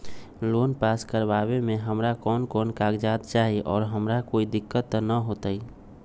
Loan pass करवावे में हमरा कौन कौन कागजात चाही और हमरा कोई दिक्कत त ना होतई?